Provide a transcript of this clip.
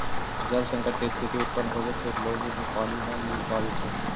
जल संकट के स्थिति उत्पन्न होवे से लोग के पानी न मिल पावित हई